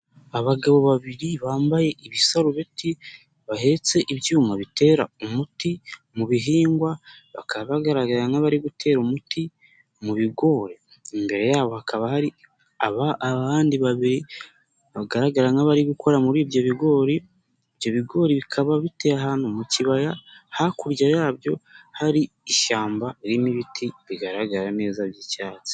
Abagabo babiri bambaye ibisarubeti, bahetse ibyuma bitera umuti mu bihingwa, bakaba bagaragara nk'abari gutera umuti mu bigori, imbere yabo hakaba hari abandi bagaragara nk'abari gukora muri ibyo bigori, ibyo bigori bikaba biteye ahantu mu kibaya, hakurya yabyo hari ishyamba ririmo ibiti bigaragara neza by'icyatsi.